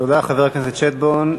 תודה, חבר הכנסת שטבון.